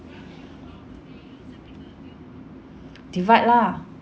divide lah